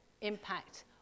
impact